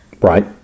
Right